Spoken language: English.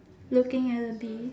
looking at a bee